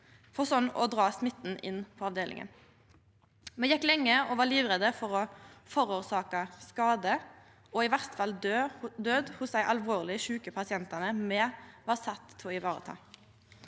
for så å dra smitten inn på avdelinga. Me gjekk lenge og var livredde for å forårsaka skade og i verste fall død hos dei alvorleg sjuke pasientane me var sette til å vareta.